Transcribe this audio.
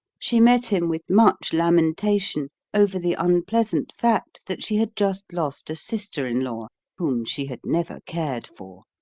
she met him with much lamentation over the unpleasant fact that she had just lost a sister-in-law whom she had never cared for.